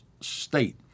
state